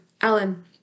Alan